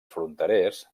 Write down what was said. fronterers